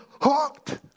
hooked